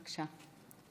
בבקשה.